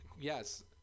Yes